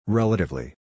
relatively